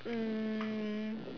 um